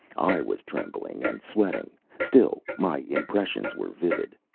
i was trembling and sweating. still, my impressions were vivid.